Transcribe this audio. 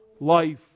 life